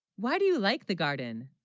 why, do you, like the garden